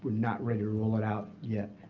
not ready to roll it out yet.